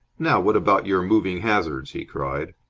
now what about your moving hazards? he cried.